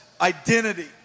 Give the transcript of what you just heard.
identity